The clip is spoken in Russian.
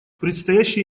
предстоящие